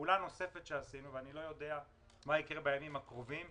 פעולה נוספת שעשינו ואני לא יודע מה יקרה בימים הקרובים